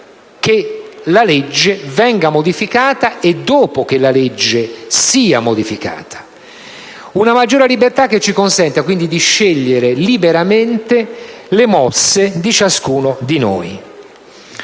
libertà che ci consenta, quindi, di scegliere liberamente le mosse di ciascuno di noi.